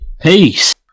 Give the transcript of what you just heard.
Peace